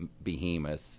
behemoth